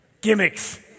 Gimmicks